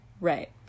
right